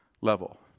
level